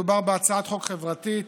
מדובר בהצעת חוק חברתית,